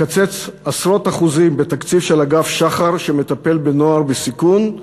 מקצץ עשרות אחוזים בתקציב של אגף שח"ר שמטפל בנוער בסיכון,